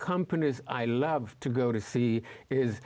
companies i love to go to see is